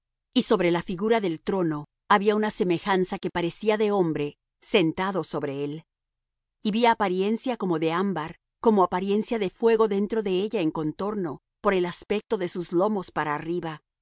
y sobre la figura del trono había una semejanza que parecía de hombre sentado sobre él y vi apariencia como de ámbar como apariencia de fuego dentro de ella en contorno por el aspecto de sus lomos para arriba